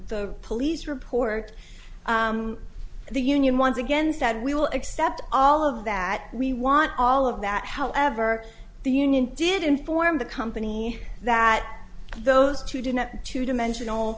the police report the union once again said we will accept all of that we want all of that however the union did inform the company that those two do not two dimensional